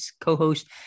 co-host